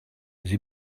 sie